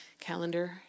calendar